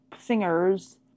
singers